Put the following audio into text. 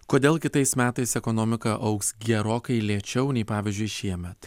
kodėl kitais metais ekonomika augs gerokai lėčiau nei pavyzdžiui šiemet